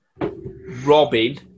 Robin